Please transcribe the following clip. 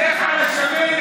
לך על השמנת.